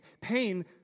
pain